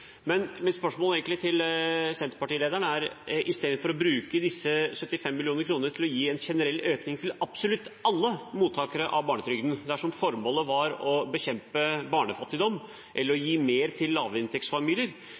Mitt spørsmål til senterpartilederen er: Istedenfor å bruke disse 75 mill. kr for å gi en generell økning til absolutt alle mottakere av barnetrygden, dersom formålet var å bekjempe barnefattigdom eller å gi mer til lavinntektsfamilier,